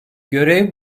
görev